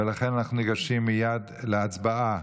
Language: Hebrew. ולכן אנחנו ניגשים מייד להצבעה.